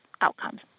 outcomes